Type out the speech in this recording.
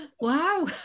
wow